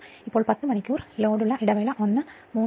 ഇപ്പോൾ 10 മണിക്കൂർ ലോഡുള്ള ഇടവേള ഒന്ന് 3 0